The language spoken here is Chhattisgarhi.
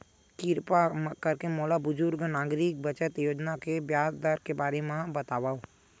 किरपा करके मोला बुजुर्ग नागरिक बचत योजना के ब्याज दर के बारे मा बतावव